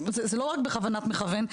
זה לא רק בכוונת מכוון,